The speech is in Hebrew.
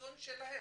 החזון שלהם?